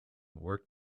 work